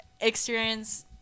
Experience